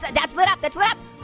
that's lit up, that's lit up. oh,